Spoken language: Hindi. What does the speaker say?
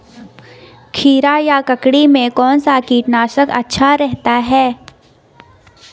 खीरा या ककड़ी में कौन सा कीटनाशक अच्छा रहता है?